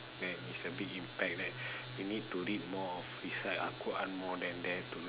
and it's a big impact like you need to read more of recite al-quran more than that to